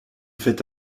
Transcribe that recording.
fait